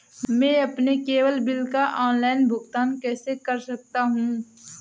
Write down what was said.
मैं अपने cable bill का ऑनलाइन भुगतान कैसे कर सकता हूं?